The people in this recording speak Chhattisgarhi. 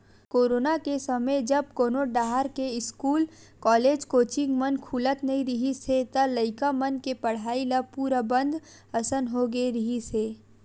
कोरोना के समे जब कोनो डाहर के इस्कूल, कॉलेज, कोचिंग मन खुलत नइ रिहिस हे त लइका मन के पड़हई ल पूरा बंद असन होगे रिहिस हे